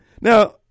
Now